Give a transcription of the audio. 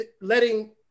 letting